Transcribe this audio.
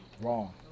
wrong